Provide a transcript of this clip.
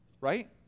right